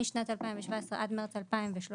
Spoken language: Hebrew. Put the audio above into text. משנת 2017 עד מרץ 2018,